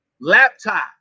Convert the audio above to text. laptop